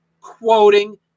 quoting